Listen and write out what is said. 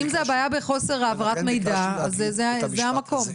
אם הבעיה היא בחוסר העברת מידע, אז זה המקום.